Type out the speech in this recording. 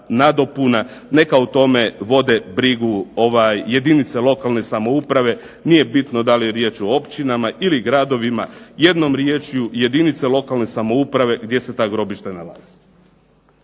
nadopuna, neka o tome vode brigu jedinice lokalne samouprave. Nije bitno da li je riječ o općinama ili gradovima, jednom riječju jedinice lokalne samouprave gdje se ta grobišta nalaze.